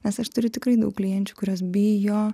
nes aš turiu tikrai daug klienčių kurios bijo